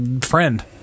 friend